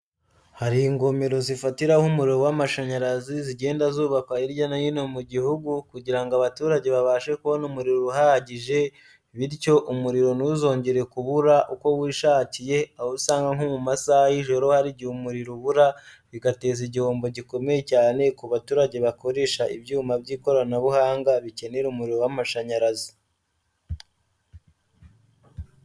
Hari ingomero zifatiraho umuriro w'amashanyarazi zigenda zubakwa hirya no hino mu gihugu kugira ngo abaturage babashe kubona umuriro uhagije, bityo umuriro ntuzongere kubura uko wishakiye aho usanga nko mu masaha y'ijoro hari igihe umuriro ubura, bigateza igihombo gikomeye cyane ku baturage bakoresha ibyuma by'ikoranabuhanga bikenera umuriro w'amashanyarazi.